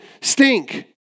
stink